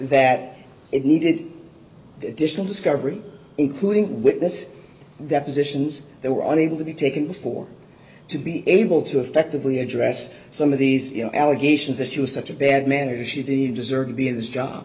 that it needed additional discovery including witness depositions they were unable to be taken before to be able to effectively address some of these allegations that she was such a bad manager she didn't deserve to be in this job